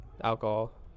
alcohol